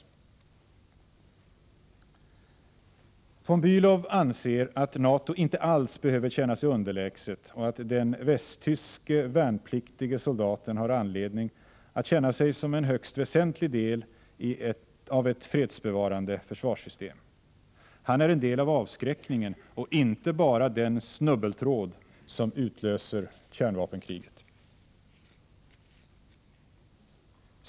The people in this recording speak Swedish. Andreas von Bälow anser att NATO inte alls behöver känna sig underlägset och att den västtyske värnpliktige soldaten har anledning att känna sig som en högst väsentlig del av ett fredsbevarande försvarssystem. Han är en del av avskräckningen och inte bara den snubbeltråd som utlöser kärnvapenkriget.